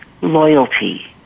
loyalty